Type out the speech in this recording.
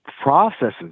processes